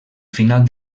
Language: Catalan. final